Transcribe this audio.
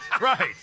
right